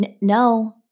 No